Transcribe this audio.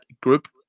group